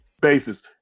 basis